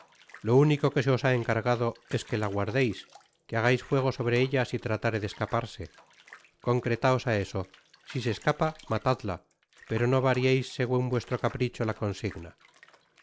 lo único que se os ha encargado es que la guardeis que hagais fuego sobre ella si tratare de escaparse concretaos á eso si se escapa matadla pero no varieis segun vuestro capricho la consigna